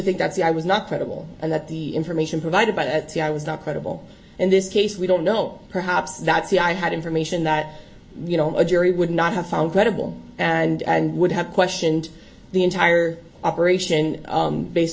think that the i was not credible and that the information provided by that i was not credible in this case we don't know perhaps that's the i had information that you know a jury would not have found credible and and would have questioned the entire operation based